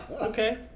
Okay